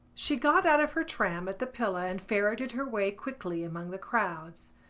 she got out of her tram at the pillar and ferreted her way quickly among the crowds.